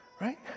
right